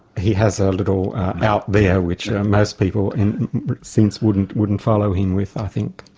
he has a little out there which most people since wouldn't wouldn't follow him with, i think.